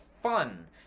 fun